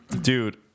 Dude